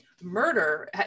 murder